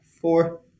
four